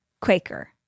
Quaker